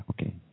okay